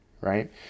right